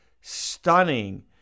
stunning